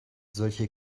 solche